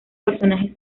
personajes